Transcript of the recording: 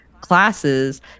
classes